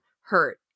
hurt